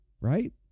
right